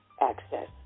access